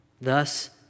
Thus